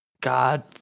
God